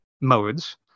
modes